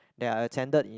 that I attended in